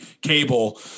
cable